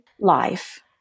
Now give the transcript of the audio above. life